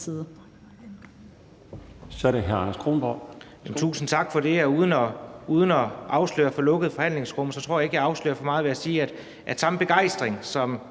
Tusind tak for det. Og uden at røbe noget fra lukkede forhandlingsrum tror jeg ikke jeg afslører for meget ved at sige, at samme begejstring, som